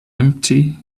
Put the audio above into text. empty